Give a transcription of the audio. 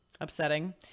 upsetting